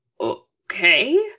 okay